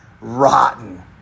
rotten